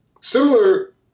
similar